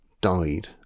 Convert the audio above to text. died